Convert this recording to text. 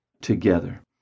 together